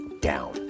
down